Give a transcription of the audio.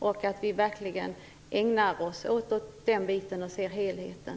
Vi bör verkligen försöka se till helheten.